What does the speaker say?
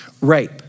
Rape